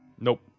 Nope